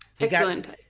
Excellent